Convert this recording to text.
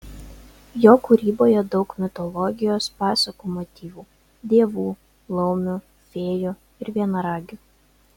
jo kūryboje daug mitologijos pasakų motyvų dievų laumių fėjų ir vienaragių